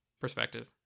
perspective